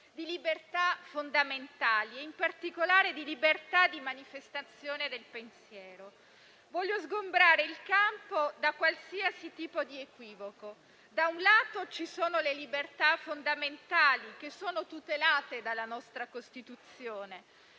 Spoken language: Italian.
di libertà fondamentali, in particolare di libertà di manifestazione del pensiero. Voglio sgombrare il campo da qualsiasi tipo di equivoco: da un lato, ci sono le libertà fondamentali, che sono tutelate dalla nostra Costituzione;